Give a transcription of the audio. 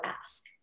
ask